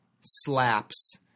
slaps